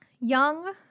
Young